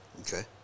Okay